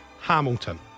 Hamilton